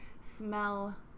smell